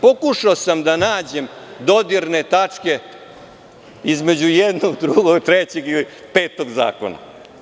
Pokušao sam da nađem dodirne tačke između jednog, drugog, trećeg i petog zakona.